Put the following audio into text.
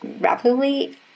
rapidly